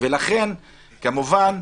ולכן, כמובן,